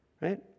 Right